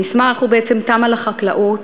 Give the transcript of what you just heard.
המסמך הוא בעצם תמ"א לחקלאות,